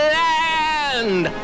land